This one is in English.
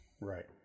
right